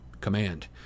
command